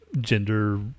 gender